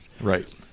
Right